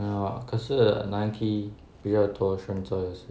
!aiya! 可是 Nike 比较多选择也是